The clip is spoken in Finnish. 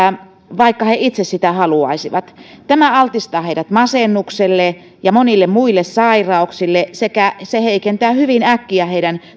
vaikka he itse sitä haluaisivat tämä altistaa heidät masennukselle ja monille muille sairauksille sekä heikentää hyvin äkkiä heidän